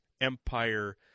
Empire